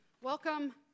Welcome